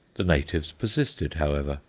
the natives persisted, however,